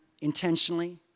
intentionally